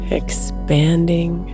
expanding